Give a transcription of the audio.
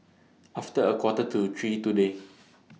after A Quarter to three today